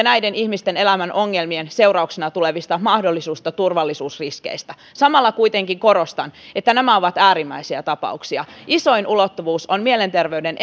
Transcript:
näiden ihmisten elämän ongelmien seurauksena tulevista mahdollisista turvallisuusriskeistä samalla kuitenkin korostan että nämä ovat äärimmäisiä tapauksia isoin ulottuvuus on mielenterveyden